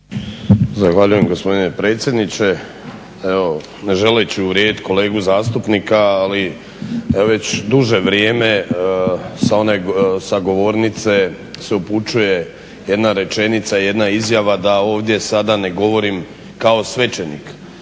Zahvaljujem gospodine predsjedniče. Evo ne želeći uvrijediti kolegu zastupnika, ali evo već duže vrijeme sa govornice se upućuje jedna rečenica, jedna izjava da ovdje sada ne govorim kao svećenik.